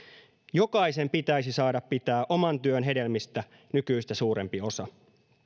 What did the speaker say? jokaisen pitäisi saada pitää oman työn hedelmistä nykyistä suurempi osa